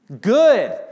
Good